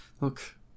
Look